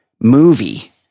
movie